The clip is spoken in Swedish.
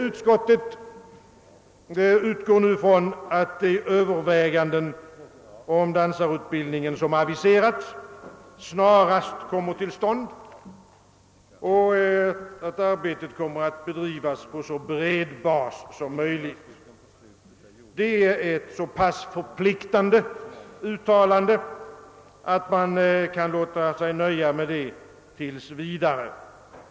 Utskottet utgår nu från att de överväganden om dansarutbildningen som har aviserats snarast förverkligas och att arbetet kommer att bedrivas på så bred bas som möjligt. Detta uttalande är så förpliktande att man kan låta sig nöja med det tills vidare.